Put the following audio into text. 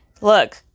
Look